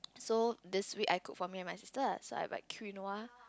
so this week I cook for me and my sister so I buy quinoa